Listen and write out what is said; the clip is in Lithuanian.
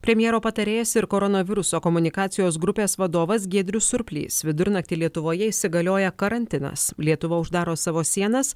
premjero patarėjas ir koronaviruso komunikacijos grupės vadovas giedrius surplys vidurnaktį lietuvoje įsigalioja karantinas lietuva uždaro savo sienas